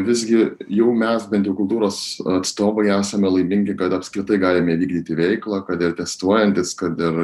visgi jau mes bent jau kultūros atstovai esame laimingi kad apskritai galime vykdyti veiklą kad ir testuojantis kad ir